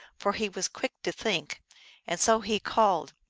for he was quick to think and so he called,